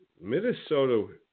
Minnesota